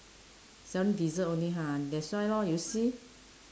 selling dessert only ha that's why lor you see